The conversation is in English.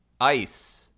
ice